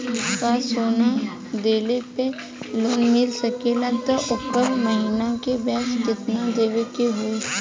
का सोना देले पे लोन मिल सकेला त ओकर महीना के ब्याज कितनादेवे के होई?